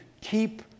keep